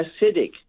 acidic